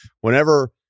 whenever